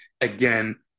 again